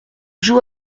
joue